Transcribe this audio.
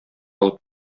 алып